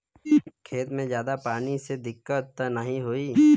खेत में ज्यादा पानी से दिक्कत त नाही होई?